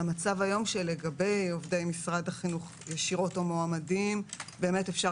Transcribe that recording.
המצב היום שלגבי משרד החינוך ישירות או מועמדים אפשר